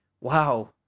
Wow